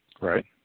Right